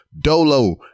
dolo